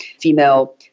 female